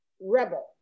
rebel